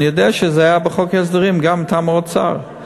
אני יודע שזה היה בחוק ההסדרים גם מטעם האוצר.